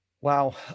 Wow